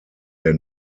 der